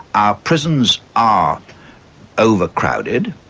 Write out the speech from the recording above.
our prisons are overcrowded,